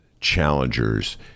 challengers